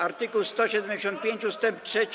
Art. 175 ust. 3.